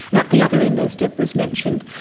and at the other end, as deborah has mentioned,